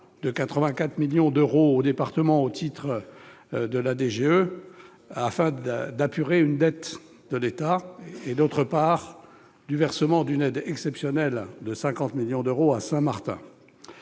de la dotation générale d'équipement, la DGE, afin d'apurer une dette de l'État, et, d'autre part, du versement d'une aide exceptionnelle de 50 millions d'euros à Saint-Martin.